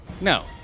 no